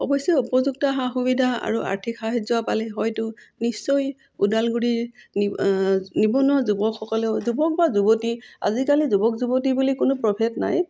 অৱশ্যে উপযুক্ত সা সুবিধা আৰু আৰ্থিক সাহাৰ্য পালে হয়তো নিশ্চয় ওদালগুৰিৰ নিবনুৱা যুৱকসকলেও যুৱক বা যুৱতী আজিকালি যুৱক যুৱতী বুলি কোনো প্ৰভেদ নাই